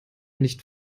nicht